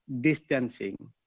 distancing